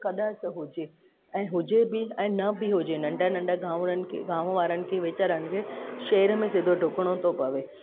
कॾहिं त हुजे ऐं हुजे बि ऐं न बि हुजे नंढा नंढा गांवरनि खे गांव वारनि खे वेचारनि खे शेर में सिधो डुकणो थो पवे